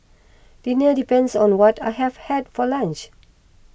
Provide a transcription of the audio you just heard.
dinner depends on what I have had for lunch